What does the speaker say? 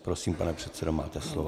Prosím, pane předsedo, máte slovo.